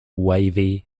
wavy